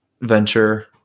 venture